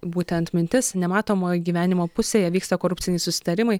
būtent mintis nematomoj gyvenimo pusėj vyksta korupciniai susitarimai